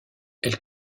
elle